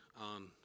on